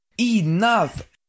ENOUGH